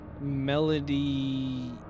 Melody